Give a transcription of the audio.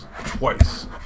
twice